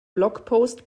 blogpost